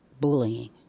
bullying